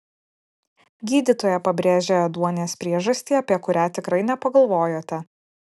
gydytoja pabrėžė ėduonies priežastį apie kurią tikrai nepagalvojote